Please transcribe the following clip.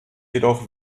jedoch